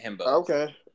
Okay